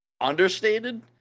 understated